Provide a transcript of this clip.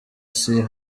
sea